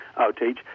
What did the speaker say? outage